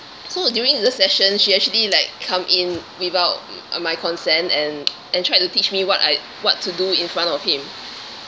so during the session she actually like come in without my consent and and tried to teach me what I what to do in front of him